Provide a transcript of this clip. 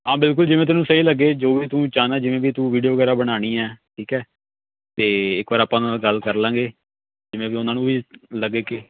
ਹਾਂ ਬਿਲਕੁਲ ਜਿਵੇਂ ਤੈਨੂੰ ਸਹੀ ਲੱਗੇ ਜੋ ਵੀ ਤੂੰ ਚਾਹੁੰਦਾ ਜਿਵੇਂ ਵੀ ਤੂੰ ਵੀਡੀਓ ਵਗੈਰਾ ਬਣਾਉਣੀ ਹੈ ਠੀਕ ਹੈ ਅਤੇ ਇੱਕ ਵਾਰ ਆਪਾਂ ਉਨ੍ਹਾਂ ਨਾਲ ਗੱਲ ਕਰਲਾਂਗੇ ਜਿਵੇਂ ਵੀ ਉਨ੍ਹਾਂ ਨੂੰ ਵੀ ਲੱਗੇ ਕਿ